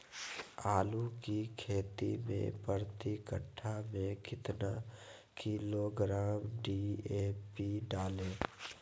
आलू की खेती मे प्रति कट्ठा में कितना किलोग्राम डी.ए.पी डाले?